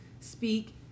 speak